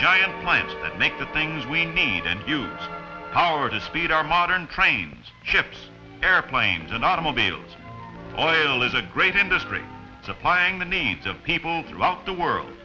giant plants that make the things we need and use power to speed our modern trains ships airplanes and automobiles oil is a great industry supplying the needs of people throughout the world